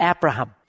Abraham